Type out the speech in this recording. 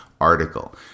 article